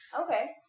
Okay